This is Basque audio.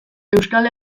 euskal